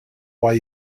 why